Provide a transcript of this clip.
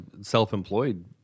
self-employed